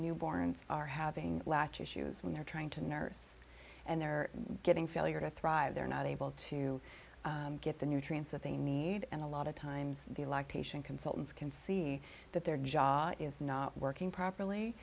newborns are having latch issues when they're trying to nurse and they're getting failure to thrive they're not able to get the nutrients that they need and a lot of times the lactation consultants can see that their jaw is not working properly